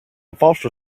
foster